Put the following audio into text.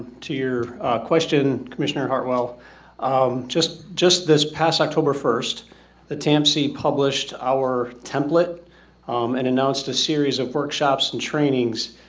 to your question commissioner hart well just just this past october first the tamp c published our template and announced a series of workshops and trainings